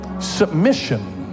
submission